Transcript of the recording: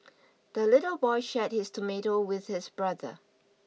the little boy shared his tomato with his brother